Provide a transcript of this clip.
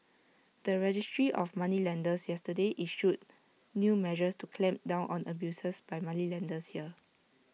the registry of moneylenders yesterday issued new measures to clamp down on abuses by moneylenders here